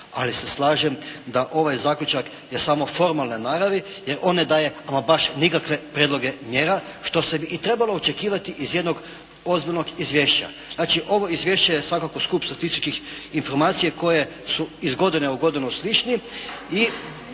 ali se slažem da ovaj zaključak je samo formalne naravi jer on ne daje ama baš nikakve prijedloge mjera što se i trebalo očekivati iz jednog ozbiljnog izvješća. Znači ovo izvješće je svakako skup statističkih informacija koje su iz godine u godinu sličnije